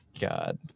God